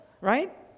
right